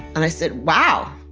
and i said, wow,